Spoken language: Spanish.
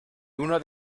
uno